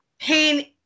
Pain